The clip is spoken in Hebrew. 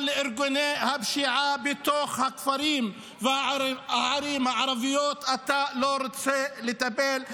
אבל לארגוני הפשיעה בתוך הכפרים והערים הערביות אתה לא רוצה לטפל.